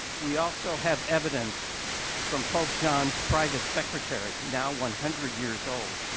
we also have evidence from pope john's private secretary, now one hundred years old,